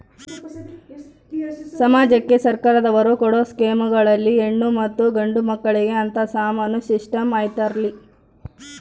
ಸಮಾಜಕ್ಕೆ ಸರ್ಕಾರದವರು ಕೊಡೊ ಸ್ಕೇಮುಗಳಲ್ಲಿ ಹೆಣ್ಣು ಮತ್ತಾ ಗಂಡು ಮಕ್ಕಳಿಗೆ ಅಂತಾ ಸಮಾನ ಸಿಸ್ಟಮ್ ಐತಲ್ರಿ?